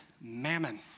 mammon